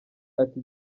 ati